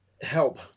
help